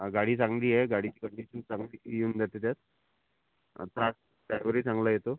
गाडी चांगली आहे गाडीची कंडिशन चांगली येऊन जाते त्यात अर्थात ड्रायवरही चांगला येतो